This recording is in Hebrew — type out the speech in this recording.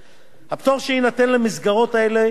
הפטור שיינתן למסגרות אלה מנטל